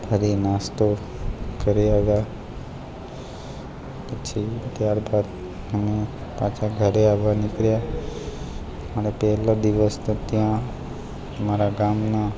ફરી નાસ્તો કરી આવ્યા પછી ત્યારબાદ અમે પાછા ઘરે આવવા નીકળ્યા અને પહેલો દિવસ તો ત્યાં મારા ગામમાં